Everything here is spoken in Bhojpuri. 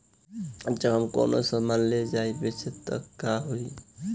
जब हम कौनो सामान ले जाई बेचे त का होही?